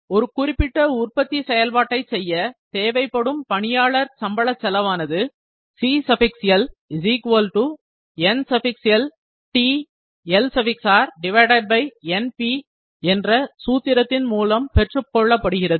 ஒரு குறிப்பிட்ட உற்பத்தி செயல்பாட்டை செய்ய தேவைப்படும் பணியாளர் சம்பள செலவானது CL என்ற சூத்திரத்தின் மூலம் பெற்றுக் கொள்ளப்படுகிறது